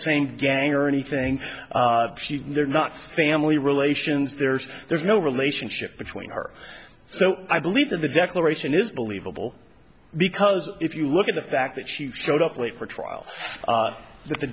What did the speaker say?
same gang or anything they're not family relations there's there's no relationship between her so i believe that the declaration is believable because if you look at the fact that she showed up late for a trial that the